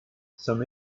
some